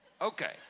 Okay